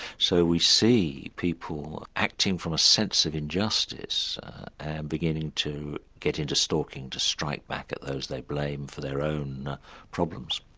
so we see people acting from a sense of injustice and beginning to get into stalking to strike back at those they blame for their own problems.